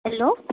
hello